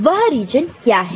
तो वह रीजन क्या है